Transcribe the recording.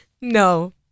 No